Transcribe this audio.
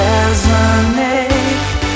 Resonate